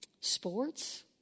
Sports